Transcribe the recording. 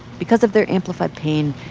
because of their amplified pain,